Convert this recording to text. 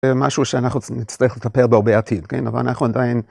משהו שאנחנו נצטרך לטפל בו בעתיד, כן? אבל אנחנו עדיין...